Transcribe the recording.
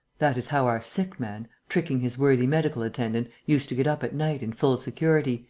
that is how our sick man, tricking his worthy medical attendant, used to get up at night in full security,